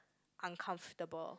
uncomfortable